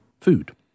food